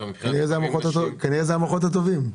כנראה אלה המוחות הטובים.